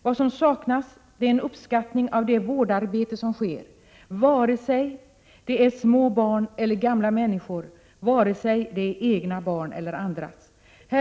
Vad som saknas är uppskattning av det vårdarbete som sker, vare sig det är med små barn eller gamla människor, vare sig det är egna barn eller andras barn.